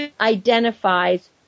identifies